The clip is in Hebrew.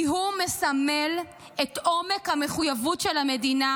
כי הוא מסמל את עומק המחויבות של המדינה